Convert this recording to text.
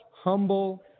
humble